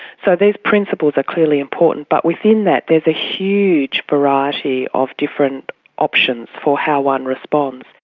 so these principles are clearly important, but within that, there's a huge variety of different options for how one responds.